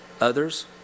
others